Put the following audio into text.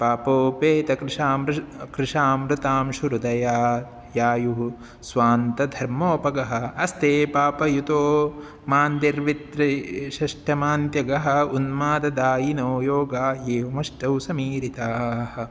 पापोपेत कृषामृ वृष् कृषामृतांशु हृदया आयुः स्वान्तधर्मोपगः अस्ते पापयुतो मान्दिर्वित्रिषष्टमान्त्यगः उन्माददायिनो योगा एवमष्टौ समीरिताः